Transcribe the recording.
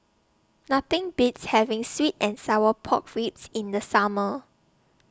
Nothing Beats having Sweet and Sour Pork Ribs in The Summer